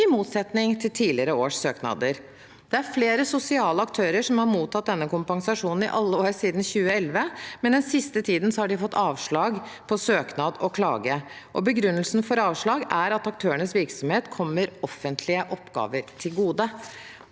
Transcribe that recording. i motsetning til tidligere år. Det er flere sosiale aktører som har mottatt denne kompensasjonen i alle år siden 2011, men den siste tiden har de fått avslag på søknad og klage. Begrunnelsen for avslaget er at aktørenes virksomhet kommer offentlige oppgaver til gode.